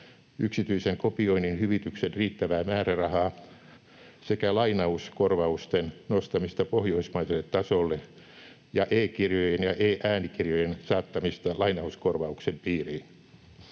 yksityisen kopioinnin hyvityksen riittävää määrärahaa sekä lainauskorvausten nostamista pohjoismaiselle tasolle, ja e-kirjojen ja e-äänikirjojen saattamista lainauskorvauksen piiriin.